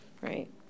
right